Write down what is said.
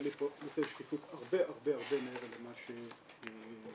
הכללי נותן שקיפות הרבה הרבה מעבר למה שנדרש.